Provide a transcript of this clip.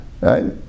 Right